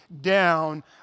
down